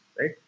Right